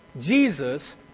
Jesus